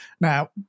Now